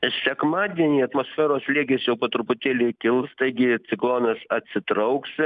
sekmadienį atmosferos slėgis jau po truputėlį kils taigi ciklonas atsitrauks